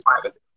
private